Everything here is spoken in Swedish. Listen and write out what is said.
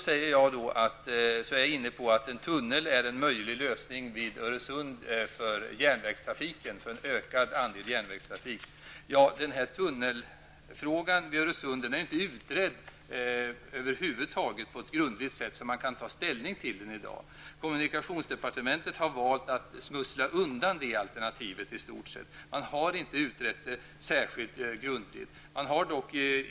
Sedan var jag inne på att tunnel är en möjlig lösning vid Öresund, för en ökad andel järnvägstrafik. Frågan om tunnel under Öresund är inte utredd på ett grundligt sätt, så att man kan ställning till den i dag. Kommunikationsministern har valt att i stort sett smussla undan det alternativet; man har alltså inte utrett det särskilt grundligt.